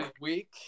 week